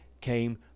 came